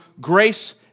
grace